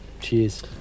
Cheers